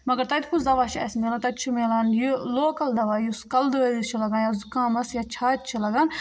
مگر تَتہِ کُس دَوا چھُ اَسہِ ملان تَتہِ چھُ میلان یہِ لوکَل دَوا یُس کَلہٕ دٲدِس چھُ لَگان یا زُکامَس یا چھاتہِ چھِ لَگان